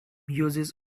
uses